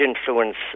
influence